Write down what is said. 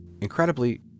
Incredibly